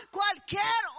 cualquier